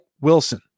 Wilson